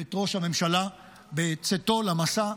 את ראש הממשלה בצאתו למסע.